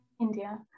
India